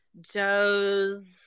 Joe's